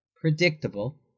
predictable